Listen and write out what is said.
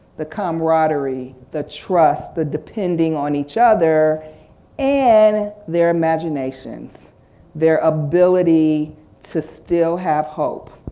the camaraderie, the trust the depending on each other and their imaginations their ability to still have hope.